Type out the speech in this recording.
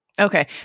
Okay